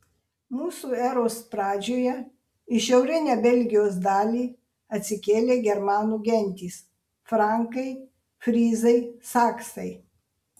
mūsų eros pradžioje į šiaurinę belgijos dalį atsikėlė germanų gentys frankai fryzai saksai